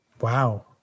wow